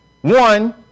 one